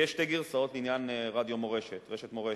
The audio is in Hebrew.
יש שתי גרסאות לעניין רדיו "מורשת", רשת "מורשת",